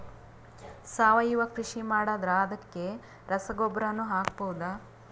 ಸಾವಯವ ಕೃಷಿ ಮಾಡದ್ರ ಅದಕ್ಕೆ ರಸಗೊಬ್ಬರನು ಹಾಕಬಹುದಾ?